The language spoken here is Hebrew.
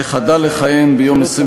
שחדל לכהן ביום 27